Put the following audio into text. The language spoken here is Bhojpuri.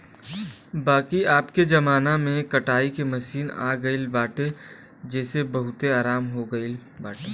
बाकी अबके जमाना में कटाई के मशीन आई गईल बाटे जेसे बहुते आराम हो गईल बाटे